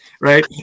Right